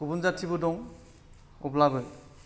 गुबुन जाथिबो दं अब्लाबो